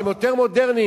שהם יותר מודרניים,